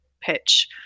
pitch